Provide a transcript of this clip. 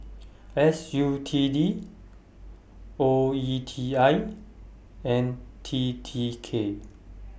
S U T D O E T I and T T K